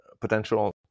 potential